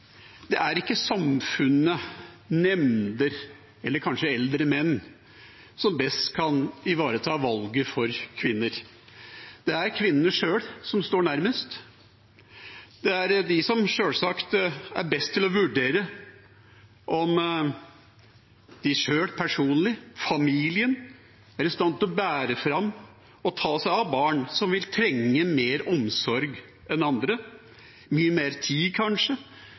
Det er ikke samfunnet, nemnder eller kanskje eldre menn som best kan ivareta valget for kvinner. Det er kvinnene sjøl som står nærmest. Det er de som sjølsagt er best til å vurdere om de sjøl, personlig, og familien er i stand til å bære fram og ta seg av barn som vil trenge mer omsorg enn andre, mye mer tid, kanskje,